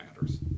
matters